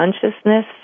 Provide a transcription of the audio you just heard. consciousness